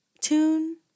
tune